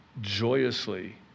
joyously